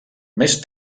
més